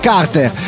Carter